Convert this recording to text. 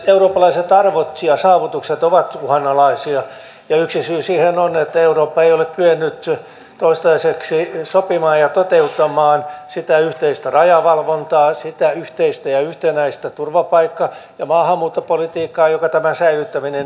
eurooppalaiset arvot ja saavutukset ovat uhanalaisia ja yksi syy siihen on että eurooppa ei ole kyennyt toistaiseksi sopimaan ja toteuttamaan sitä yhteistä rajavalvontaa sitä yhteistä ja yhtenäistä turvapaikka ja maahanmuuttopolitiikkaa jota tämän säilyttäminen edellyttää